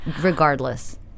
Regardless